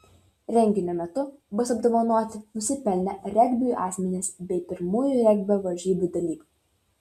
renginio metu bus apdovanoti nusipelnę regbiui asmenys bei pirmųjų regbio varžybų dalyviai